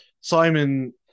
Simon